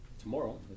tomorrow